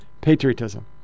patriotism